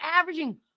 averaging